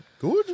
good